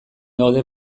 gaude